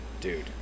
dude